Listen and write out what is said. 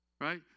Right